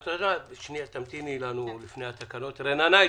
רננה,